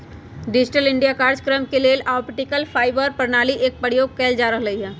digital India काजक्रम लेल optical fibre प्रणाली एक प्रयोग कएल जा रहल हइ